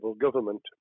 government